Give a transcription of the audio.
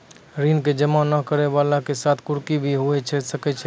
ऋण के जमा नै करैय वाला के साथ कुर्की भी होय छै कि?